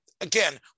Again